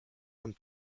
und